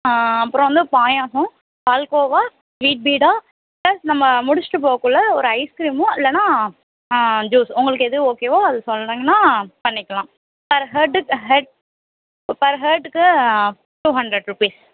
ஆ அப்புறம் வந்து payasam palkova sweet beeda plus நம்ம முடிச்சுட்டு போகக்குள்ள ஒரு ஐஸ்கிரீமு இல்லைனா ஆ ஜூஸ் உங்களுக்கு எது ஓகேவோ அது சொன்னிங்கன்னால் பண்ணிக்கலாம் பெர் ஹெட் ஹெட் பெர் ஹெட்டுக்கு டூ ஹண்ட்ரட் ருப்பீஸ்